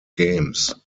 games